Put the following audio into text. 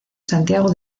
santiago